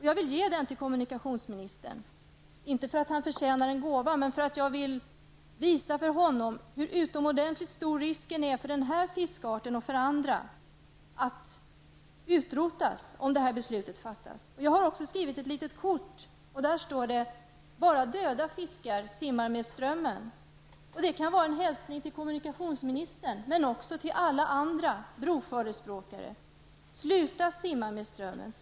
Jag vill ge den till kommunikationsministern, inte för att han förtjänar en gåva, utan för att jag vill visa honom hur utomordentligt stor risken är för denna fiskart och för andra att utrotas om detta beslut fattas. Jag har också skrivit ett kort. På det står det: Bara döda fiskar simmar med strömmen. Det kan vara en hälsning till kommunikationsministern men också till alla andra broförespråkare. Sluta simma med strömmen.